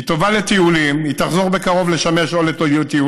היא טובה לטיולים, היא תחזור בקרוב לשמש לטיולים,